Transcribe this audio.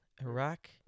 Iraq